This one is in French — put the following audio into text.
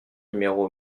numéro